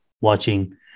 watching